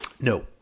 No